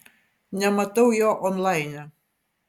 nematau jo onlaine